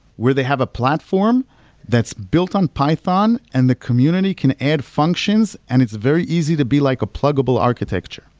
where they have a platform that's built on python and the community can add functions and it's very easy to be like a pluggable architecture